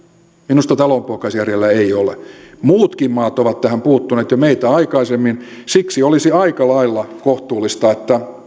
minusta talonpoikaisjärjellä ei ole muutkin maat ovat tähän puuttuneet jo meitä aikaisemmin siksi olisi aika lailla kohtuullista että